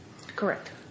Correct